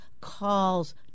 calls